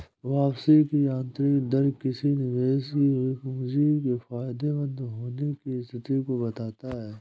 वापसी की आंतरिक दर किसी निवेश की हुई पूंजी के फायदेमंद होने की स्थिति को बताता है